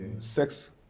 Sex